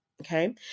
Okay